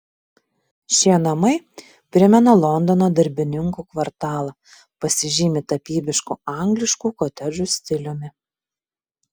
šie namai primena londono darbininkų kvartalą pasižymi tapybišku angliškų kotedžų stiliumi